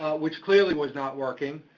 which clearly was not working,